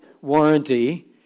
Warranty